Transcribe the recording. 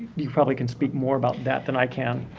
you probably can speak more about that than i can.